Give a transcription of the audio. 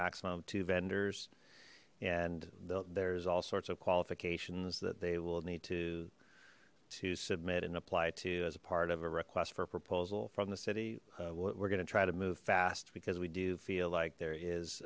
maximum of two vendors and there's all sorts of qualifications that they will need to to submit and apply to as a part of a request for proposal from the city we're gonna try to move fast because we do feel like there is